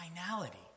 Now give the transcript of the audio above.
finality